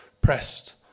pressed